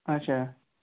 اچھا